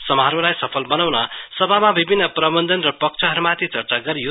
समारोहलाई सफल बनाउने सभामा विभिन्न प्रबन्धन र पक्षहरुमाथि चर्चा गरियो